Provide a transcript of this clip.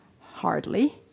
Hardly